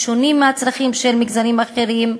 ששונים מהצרכים של מגזרים אחרים,